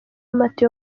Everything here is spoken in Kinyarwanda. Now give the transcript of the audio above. amata